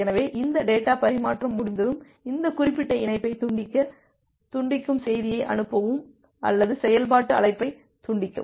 எனவே இந்த டேட்டா பரிமாற்றம் முடிந்ததும் இந்த குறிப்பிட்ட இணைப்பை துண்டிக்க துண்டிக்கும் செய்தியை அனுப்பவும் அல்லது செயல்பாட்டு அழைப்பை துண்டிக்கவும்